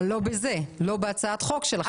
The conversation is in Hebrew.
אבל לא בזה, לא בהצעת החוק שלכם.